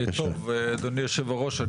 אדוני יושב הראש,